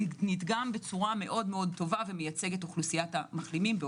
נדגם בצורה מאוד טובה ומייצגת אוכלוסיית המחלימים.